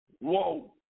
Whoa